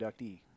inductee